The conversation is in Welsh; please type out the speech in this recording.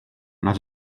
nad